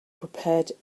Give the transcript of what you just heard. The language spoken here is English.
prepared